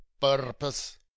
purpose